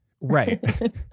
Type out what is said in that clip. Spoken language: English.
Right